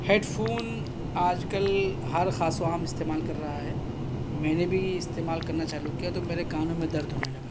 head phone آج کل ہر خاص و عام اِستعمال کر رہا ہے میں نے بھی استعمال کرنا چالو کیا تو میرے کانوں میں دَرد ہونے لگا